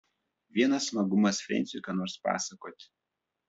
vienas smagumas frensiui ką nors pasakoti